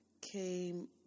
came